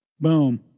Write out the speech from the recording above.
Boom